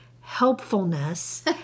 helpfulness